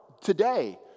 today